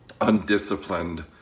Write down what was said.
undisciplined